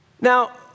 Now